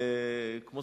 כמו